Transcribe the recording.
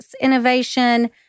innovation